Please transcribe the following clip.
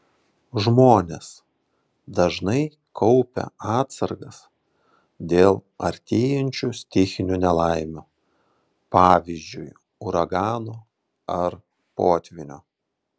žmonės dažnai kaupia atsargas dėl artėjančių stichinių nelaimių pavyzdžiui uragano ar potvynio